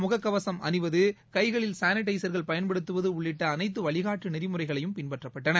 முகக்கவசம் அணிவது கைகளில் சானிடைசா்கள் பயன்படுத்துவது உள்ளிட்ட அனைத்து வழினட்டு நெறிமுறைகளையும் பின்பற்றப்பட்டன